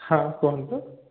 ହଁ କୁହନ୍ତୁ